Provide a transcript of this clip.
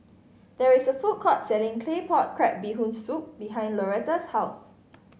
there is a food court selling Claypot Crab Bee Hoon Soup behind Lauretta's house